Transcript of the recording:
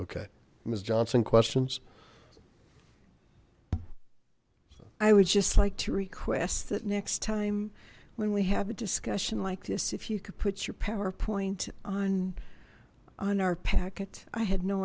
miss johnson questions i would just like to request that next time when we have a discussion like this if you could put your powerpoint on on our packet i had no